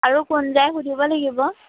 আৰু কোন যায় সুধিব লাগিব